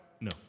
No